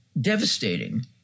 devastating